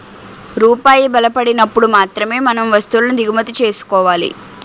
రూపాయి బలపడినప్పుడు మాత్రమే మనం వస్తువులను దిగుమతి చేసుకోవాలి